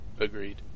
Agreed